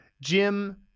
Jim